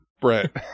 Brett